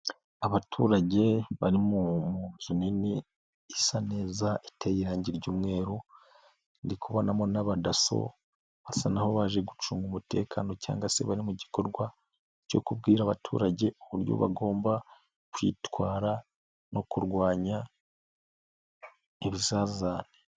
Abaturage bari muzu nini isa neza iteye irange ry'umweru ndikubonamo n'abadaso basa naho baje gucunga umutekano cyangwa se bari mu gikorwa cyo kubwira abaturage uburyo bagomba kwitwara no kurwanya ibizazane.